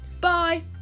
Bye